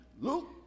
Luke